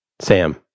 Sam